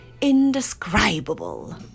indescribable